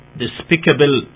despicable